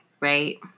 Right